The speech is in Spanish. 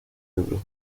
ebro